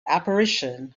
apparition